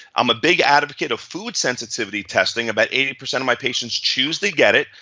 i'm a big advocate of food sensitivity testing, about eighty percent my patients choose they get it.